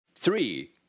Three